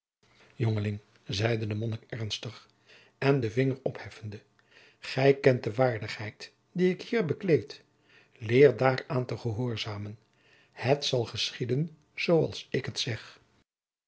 zeide de monnik ernstig en den vinger opheffende gij kent de waardigheid die ik hier bekleed leer daaraan te gehoorzamen het zal geschieden zoo als ik het zeg